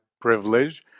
privilege